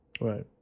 Right